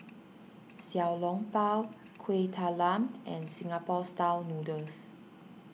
Xiao Long Bao Kueh Talam and Singapore Style Noodles